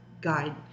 guide